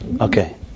Okay